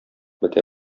бетә